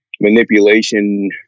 manipulation